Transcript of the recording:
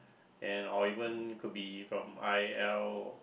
and or even could be from I L